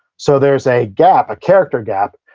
so, there's a gap, a character gap,